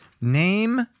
Name